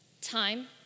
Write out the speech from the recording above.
time